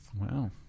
Wow